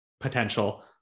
potential